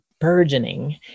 burgeoning